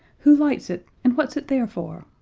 who lights it, and what's it there for?